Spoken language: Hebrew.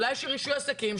אולי שרישוי עסקים,